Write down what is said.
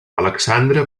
alexandre